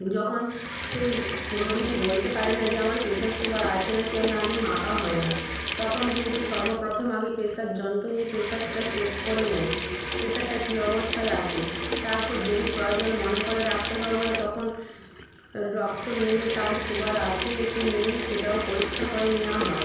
যখন সেই রোগীটি বলতে পারে না যে আমার প্রেশার সুগার আছে নাকি আমি আগে মাপা হয় না তখন কিন্তু সর্বপ্রথম আগে প্রেশার যন্ত্র দিয়ে প্রেশারটা চেক করে নেয় প্রেশারটা কী অবস্তায় আছে তারপর যদি প্রয়োজন মনে করে ডাক্তারবাবুরা তখন রক্ত নিয়ে তার সুগার আছে কি নেই সেটাও পরীক্ষা করে নেওয়া হয়